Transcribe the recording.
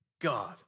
God